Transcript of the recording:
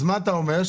אז מה אתה אומר?